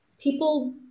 people